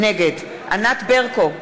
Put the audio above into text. נגד ענת ברקו,